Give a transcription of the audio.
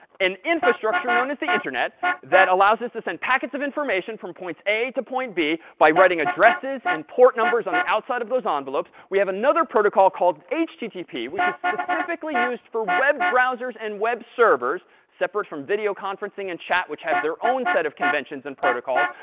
an infrastructure known as the internet that allows us to send packets of information from point a to point b by writing addresses and port numbers on the outside of those ah envelopes. we have another protocol called http which is specifically used for web browsers and web servers, separate from videoconferencing and chat, which have their own set of conventions and protocols,